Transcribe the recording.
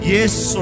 Yes